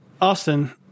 Austin